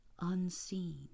unseen